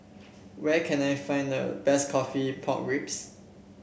where can I find the best coffee Pork Ribs